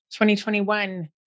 2021